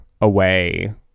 away